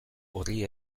horri